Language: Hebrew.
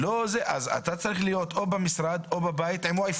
אתה צריך להיות או במשרד או בבית ושיהיה לך